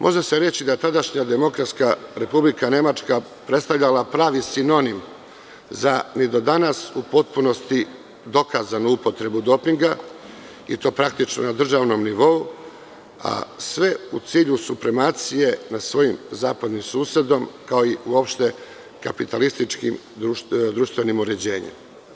Može se reći da tadašnja Demokratska Republika Nemačka, predstavlja je pravi sinonim za, ni do danas u potpunosti dokazanu upotrebu dopinga, i to praktično na državnom nivou, a sve u cilju supremacije nad svojim zapadnim susedom, kao i uopšte, kapitalističkim društvenim uređenjem.